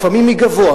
לפעמים מגבוה,